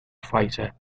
fighter